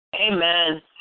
Amen